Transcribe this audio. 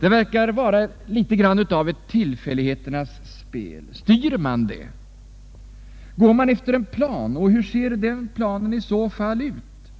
Det verkar vara litet av ett tillfälligheternas spel. Styr man det? Går man efter en plan och hur ser den planen i så fall ut?